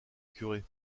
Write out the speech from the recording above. curé